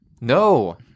No